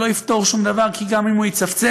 שלא יפתור שום דבר כי גם אם הוא יצפצף